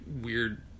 weird